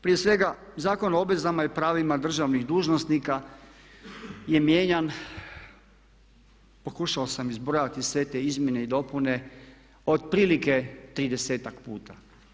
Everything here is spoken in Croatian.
Prije svega Zakon o obvezama i pravima državnih dužnosnika je mijenjan, pokušao sam izbrojati sve te izmjene i dopune, otprilike 30-ak puta.